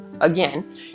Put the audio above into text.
again